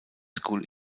school